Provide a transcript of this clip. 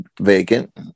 vacant